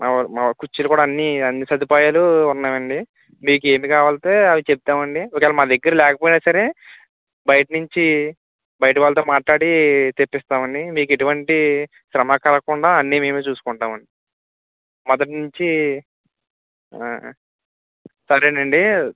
కుర్చీలు కూడా అన్నీ అన్ని సదుపాయాలు ఉన్నాయి అండి మీకు ఎన్ని కావాలంటే అన్ని చెప్తాము అండి ఒకవేళ మా దగ్గర లేకపోయినా సరే బయట నుంచి బయట వాళ్ళతో మాట్లాడి తెప్పిస్తాము అండి మీకు ఎటువంటి శ్రమ కలగకుండా అన్నీ మేమే చూసుకుంటాం అండి మొదట నుంచి ఆ సరే నండి